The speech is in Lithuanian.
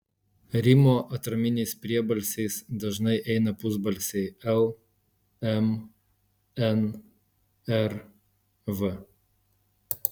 rimo atraminiais priebalsiais dažnai eina pusbalsiai l m n r v